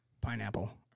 pineapple